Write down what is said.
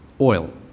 Oil